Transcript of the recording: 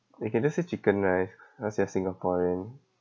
you can just say chicken rice cause you're singaporean